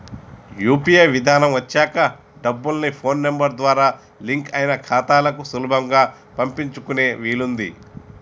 UPI విధానం వచ్చాక డబ్బుల్ని ఫోన్ నెంబర్ ద్వారా లింక్ అయిన ఖాతాలకు సులభంగా పంపించుకునే వీలుంది